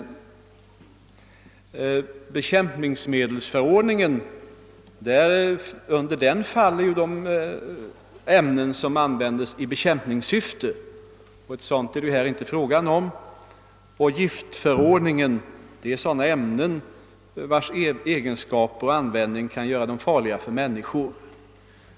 Under bekämpningsmedelsförordningen faller de ämnen som används i bekämpningssyfte, och ett sådant är det ju här inte fråga om. Jiftförordningen avser sådana ämnen, rilkas användning kan göra dem farliga för människor.